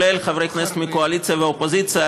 חברי כנסת מהקואליציה ומהאופוזיציה,